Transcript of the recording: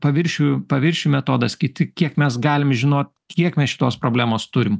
paviršių paviršių metodas kiti kiek mes galim žinot kiek mes šitos problemos turim